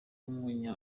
umunya